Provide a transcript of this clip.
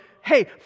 hey